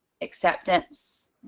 acceptance